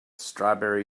strawberry